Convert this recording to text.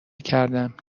کردم